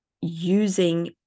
using